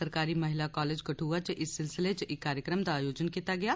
सरकारी महिला कालेज कदुआ च इस सिलसिले च इक कार्यक्रम दा आयोजन कीता गेआ